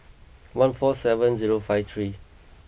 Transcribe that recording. one four seven zero five three